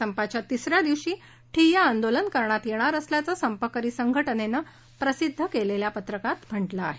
संपाच्या तिस या दिवशी ठिय्या आंदोलन करण्यात येणार असल्याचं संपकरी संघटनेनं प्रसिद्ध केलेल्या पत्रकात म्हटलं आहे